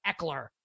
Eckler